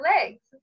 legs